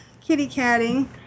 kitty-catting